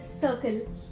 circle